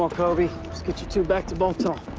ah coby. let's get you two back to bon